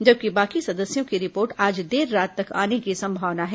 जबकि बाकी सदस्यों की रिपोर्ट आज देर रात तक आने की संभावना है